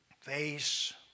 face